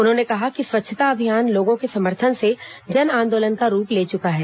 उन्होंने कहा कि स्वच्छता अभियान लोगों के समर्थन से जन आंदोलन का रूप ले चुका है